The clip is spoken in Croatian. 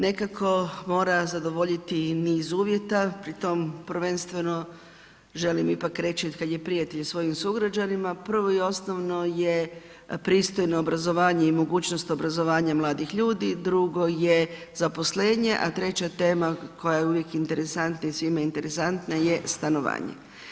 Nekako mora zadovoljiti i niz uvjeta, pri tome prvenstveno želim ipak reći otkad je prijatelj svojim sugrađanima prvo i osnovno je pristojno obrazovanje i mogućnost obrazovanja mladih ljudi, drugo je zaposlenje a treća tema koja je uvijek interesantna i svima interesantna je stanovanje.